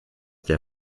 der